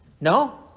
No